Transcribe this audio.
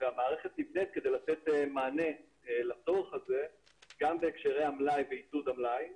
והמערכת נבנית כדי לתת מענה לצורך הזה גם בהקשרי המלאי ועידוד המלאי